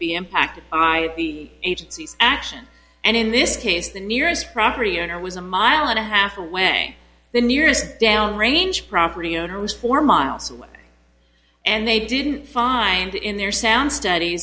be impacted by the agency's action and in this case the nearest property owner was a mile and a half away the nearest downrange property owner was four miles away and they didn't find in their sound stud